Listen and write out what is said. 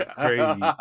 crazy